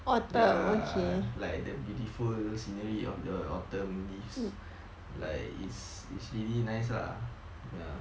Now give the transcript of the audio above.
ya like the beautiful scenery of the autumn leaves like it's it's really nice lah ya